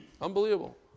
Unbelievable